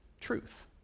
truth